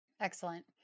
Excellent